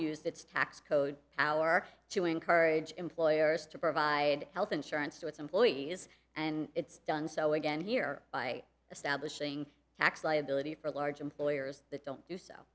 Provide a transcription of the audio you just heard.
its tax code power to encourage employers to provide health insurance to its employees and it's done so again here by establishing tax liability for large employers that don't do so